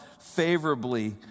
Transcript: favorably